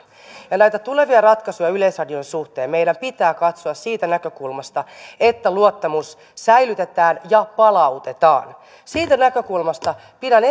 näitä tulevia ratkaisuja yleisradion suhteen meidän pitää katsoa siitä näkökulmasta että luottamus säilytetään ja palautetaan siitä näkökulmasta pidän